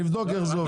נבדוק איך זה הולך,